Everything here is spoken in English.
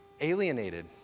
alienated